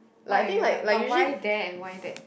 why but but why there and why that